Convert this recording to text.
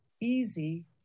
easy